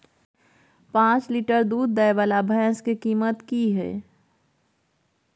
प जॉंच लीटर दूध दैय वाला भैंस के कीमत की हय?